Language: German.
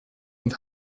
und